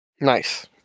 Nice